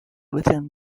within